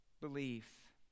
belief